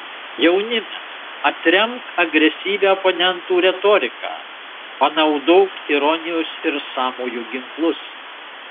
jaunime atremk agresyvią oponentų retoriką panaudok ironijos ir sąmojo ginklus